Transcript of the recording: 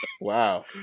Wow